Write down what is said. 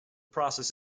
process